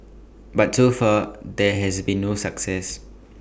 but so far there has been no success